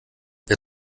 wer